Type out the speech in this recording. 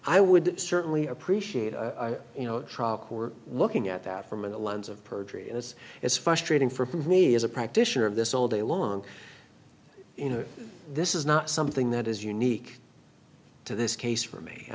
i would certainly appreciate you know we're looking at that from in the lens of perjury and this is frustrating for me as a practitioner of this all day long you know this is not something that is unique to this case for me i